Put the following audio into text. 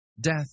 Death